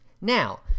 Now